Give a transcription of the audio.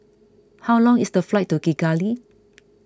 how long is the flight to Kigali